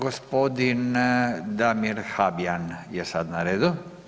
Gospodin Damir Habijan je sad na redu.